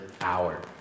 hour